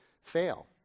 fail